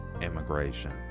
immigration